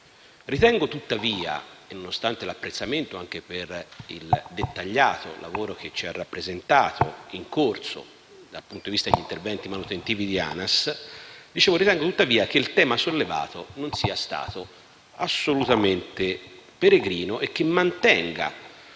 Parlamento. Tuttavia, nonostante l'apprezzamento anche per il dettagliato lavoro che ci ha rappresentato in corso dal punto di vista degli interventi manutentivi di ANAS, ritengo che il tema sollevato non sia stato assolutamente peregrino e che mantenga